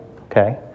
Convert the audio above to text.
okay